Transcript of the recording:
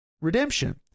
redemption